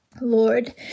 Lord